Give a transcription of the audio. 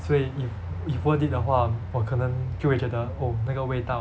所以 if if worth it 的话我可能就会觉得 oh 那个味道